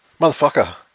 Motherfucker